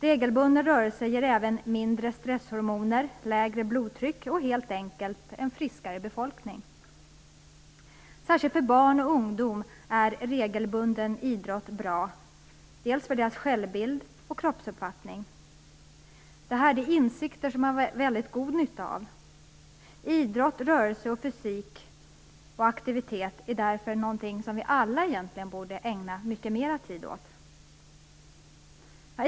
Regelbunden rörelse ger även mindre stresshormoner, lägre blodtryck och helt enkelt en friskare befolkning. Särskilt för barn och ungdom är regelbunden idrott bra, bl.a. för deras självbild och kroppsuppfattning. Detta är insikter som man har väldigt god nytta av. Idrott, rörelse, fysik och aktivitet är därför någonting som vi alla egentligen borde ägna mycket mer tid åt.